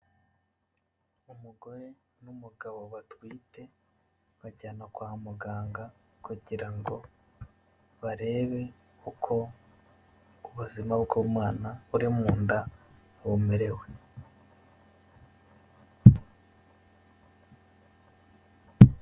Umugore n'umugabo batwite bajyana kwa muganga kugira ngo barebe uko ubuzima bw'umwana uri mu nda bumerewe.